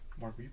Mark